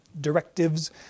directives